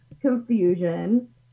confusion